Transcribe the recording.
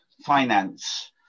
finance